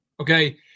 Okay